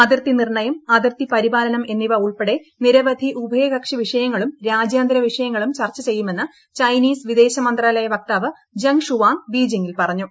അതിർത്തി നിർണയം അതിർത്തി പരിപാലനം എന്നിവ ഉൾപ്പെടെ നിരവധി ഉഭയകക്ഷി വിഷയങ്ങളും രാജ്യാന്തര വിഷയങ്ങളും ചർച്ച ചെയ്യുമെന്ന് ചൈനീസ് വിദേശ മന്ത്രാലയ വക്താവ് ജംഗ്ഷുവാങ് ബീജിംഗിൽ പറഞ്ഞു